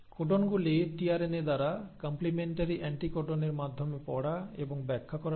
কোডনগুলি tRNA দ্বারা complementary অ্যান্টিকোডনের মাধ্যমে পড়া এবং ব্যাখ্যা করা হয়